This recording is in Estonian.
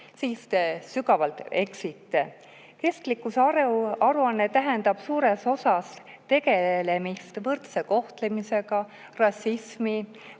siis te sügavalt eksite. Kestlikkusaruanne tähendab suures osas tegelemist võrdse kohtlemisega, rassismi,